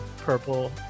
purple